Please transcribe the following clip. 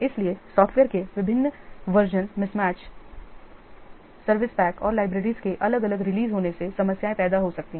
इसलिए सॉफ़्टवेयर के विभिन्न संस्करण mismatched सर्विस पैक और लाइब्रेरीज़ के अलग अलग रिलीज़ होने से समस्याएँ पैदा हो सकती हैं